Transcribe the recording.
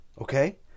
okay